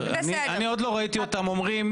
עוד לא שמעתי אותם אומרים,